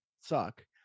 suck